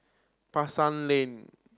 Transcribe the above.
Pasar Lane